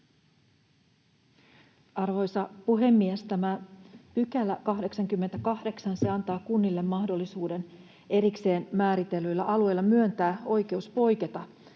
Arvoisa puhemies! Tämä 88 § antaa kunnille mahdollisuuden erikseen määritellyillä alueilla myöntää oikeuden poiketa